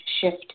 shift